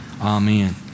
Amen